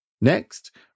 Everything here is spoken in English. Next